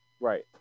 Right